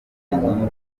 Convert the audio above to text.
inkomere